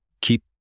keep